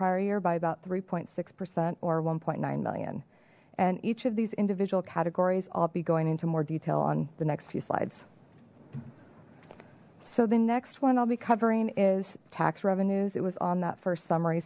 year by about three point six percent or one point nine million and each of these individual categories i'll be going into more detail on the next few slides so the next one i'll be covering is tax revenues it was on that first summ